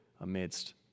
amidst